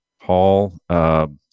Hall